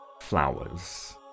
flowers